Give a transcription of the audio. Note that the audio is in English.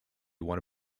one